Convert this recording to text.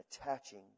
attaching